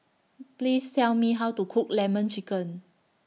Please Tell Me How to Cook Lemon Chicken